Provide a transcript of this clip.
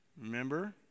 Remember